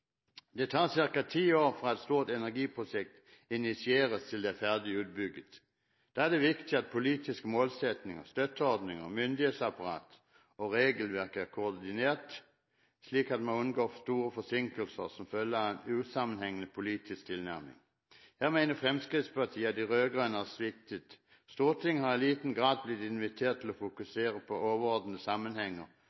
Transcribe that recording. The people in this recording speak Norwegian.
Det tar ca. ti år fra et stort energiprosjekt initieres, til det er ferdig utbygd. Da er det viktig at politiske målsettinger, støtteordninger, myndighetsapparat og regelverk er koordinert, slik at man unngår store forsinkelser som følge av en usammenhengende politisk tilnærming. Her mener Fremskrittspartiet at de rød-grønne har sviktet. Stortinget har i liten grad blitt invitert til å